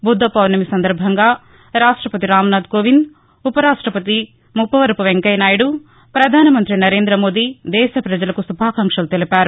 బుద్ద ఫూర్ణిమ సందర్భంగా రాష్ట్రపతి రామ్ నాథ్ కోవింద్ ఉప రాష్టపతి ముప్పవరపు వెంకయ్య నాయుడు ప్రధాన మంత్రి నరేంద్ర మోదీ దేశ పజలకు శుభాకాంక్షలు తెలిపారు